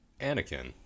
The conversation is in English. Anakin